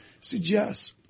suggests